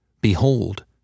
behold